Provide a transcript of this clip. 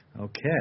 Okay